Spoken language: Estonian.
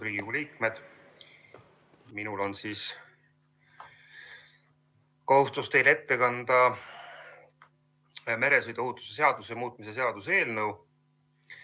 Riigikogu liikmed! Minul on kohustus teile ette kanda meresõiduohutuse seaduse muutmise seaduse eelnõu,